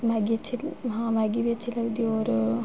Maggi अच्छी लगदी हां मैगी बी अच्छी लगदी होर